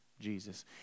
Jesus